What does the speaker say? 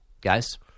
Guys